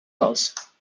house